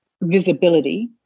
visibility